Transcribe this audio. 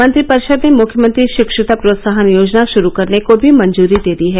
मंत्रिपरिषद ने मुख्यमंत्री शिक्षता प्रोत्साहन योजना शुरू करने को भी मंजूरी दे दी है